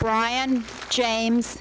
brian james